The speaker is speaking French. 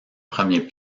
premier